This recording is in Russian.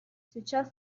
сейчас